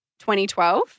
2012